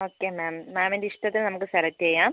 okay ma'am മാമിൻ്റെ ഇഷ്ടത്തിന് നമുക്ക് സെലക്ട് ചെയ്യാം